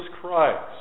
Christ